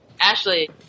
Ashley